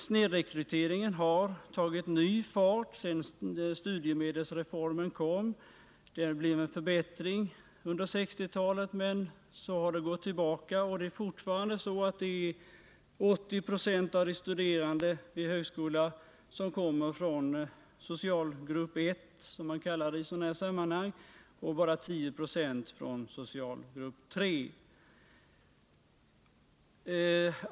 Snedrekryteringen har tagit ny fart sedan studiemedelsreformen genomfördes. Det blev en förbättring under 1960 talet, men sedan har snedrekryteringen ökat igen. Det är fortfarande så att 80 70 av de högskolestuderande kommer från socialgrupp 1, som man kallar det i sådana här sammanhang, och bara 10 96 från socialgrupp 3.